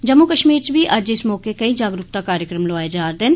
जम्मू कश्मीर च बी अज्ज इस मौके केई जागरुकता कार्यक्रम लोआए जा रदे न